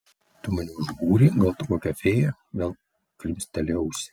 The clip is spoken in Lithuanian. tu mane užbūrei gal tu kokia fėja vėl krimstelėjo ausį